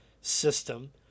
system